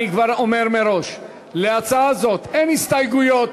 אני אומר מראש: להצעה זו אין הסתייגויות,